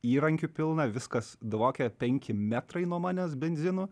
įrankių pilną viskas dvokia penki metrai nuo manęs benzinu